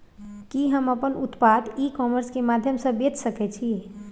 कि हम अपन उत्पाद ई कॉमर्स के माध्यम से बेच सकै छी?